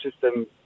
system